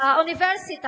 באוניברסיטה,